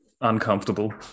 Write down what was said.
uncomfortable